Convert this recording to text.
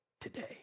today